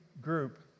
group